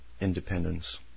independence